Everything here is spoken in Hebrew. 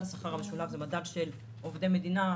השכר המשולב הוא מדד של עובדי מדינה,